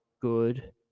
good